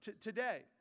today